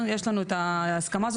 בפועל,